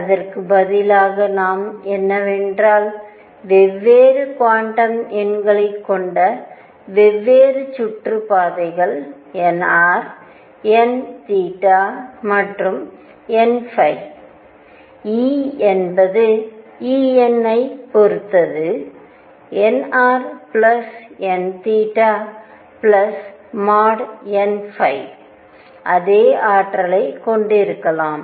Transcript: அதற்கு பதிலாக நாம் என்னவென்றால் வெவ்வேறு குவாண்டம் எண்களைக் கொண்ட வெவ்வேறு சுற்றுப்பாதைகள் nr n theta மற்றும் n E என்பது En ஐப் பொறுத்து nrn |n| அதே ஆற்றலைக் கொண்டிருக்கலாம்